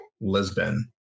Lisbon